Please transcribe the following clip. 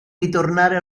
ritornare